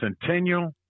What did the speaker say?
Centennial